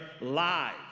lives